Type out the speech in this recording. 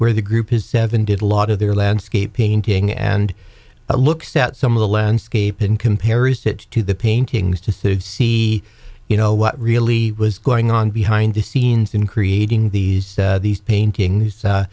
where the group is seven did a lot of their landscape painting and looked at some of the landscape in comparison to the paintings to see you know what really was going on behind the scenes in creating these these paintings